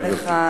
תודה רבה לך,